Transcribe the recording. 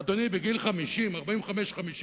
אדוני, גיל 45 50